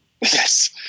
Yes